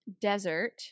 desert